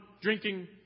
drinking